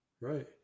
Right